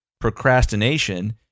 procrastination